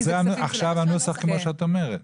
הנוסח עכשיו הוא כמו שאת אומרת.